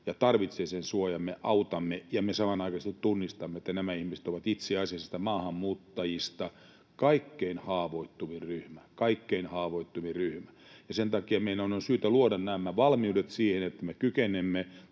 ja tarvitsee sen suojan, jolloin me autamme ja me samanaikaisesti tunnistamme, että nämä ihmiset ovat itse asiassa niistä maahanmuuttajista kaikkein haavoittuvin ryhmä. Kaikkein haavoittuvin ryhmä. Ja sen takia meidän on syytä luoda nämä valmiudet siihen, että me kykenemme